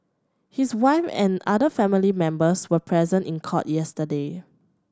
his wife and other family members were present in court yesterday